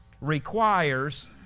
requires